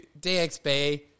DXB